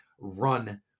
run